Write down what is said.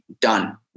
done